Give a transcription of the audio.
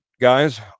guys